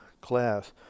class